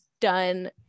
done